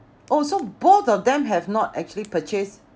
oh so both of them have not actually purchased